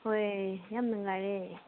ꯍꯣꯏ ꯌꯥꯝ ꯅꯨꯡꯉꯥꯏꯔꯦ